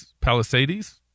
Palisades